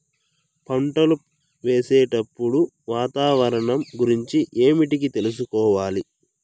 పంటలు వేసేటప్పుడు వాతావరణం గురించి ఏమిటికి తెలుసుకోవాలి?